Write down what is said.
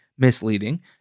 Misleading